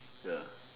ya